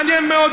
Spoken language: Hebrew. מעניין מאוד,